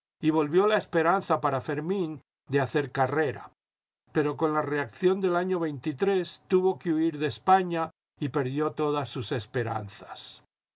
y volvió la esperanza para fermín de hacer carrera pero con la reacción del año tuvo que huir de españa y perdió todas sus esperanzas